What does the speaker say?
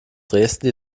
dresden